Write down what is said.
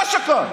שפכת מילים.